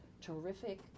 terrific